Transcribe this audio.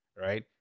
right